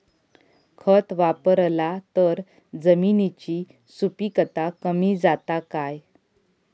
खत वापरला तर जमिनीची सुपीकता कमी जाता काय?